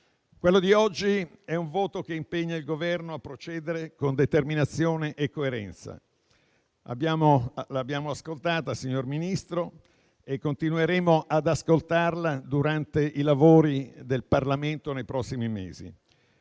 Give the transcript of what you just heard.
Quello di oggi è un voto che impegna il Governo a procedere con determinazione e coerenza. L'abbiamo ascoltata, signor Ministro, e continueremo ad ascoltarla durante i lavori del Parlamento nei prossimi mesi.